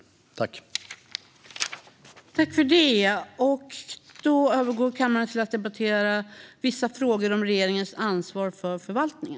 Vissa frågor om regeringens ansvar för förvaltningen